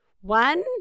One